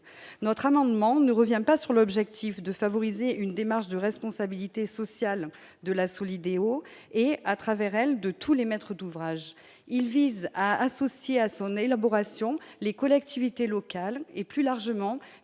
notre amendement ne revient pas sur l'objectif de favoriser une démarche de responsabilité sociale de la Solideo et à travers elle de tous les maîtres d'ouvrage, il vise à associer à son élaboration, les collectivités locales et, plus largement,